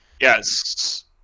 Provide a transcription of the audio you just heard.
Yes